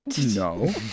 No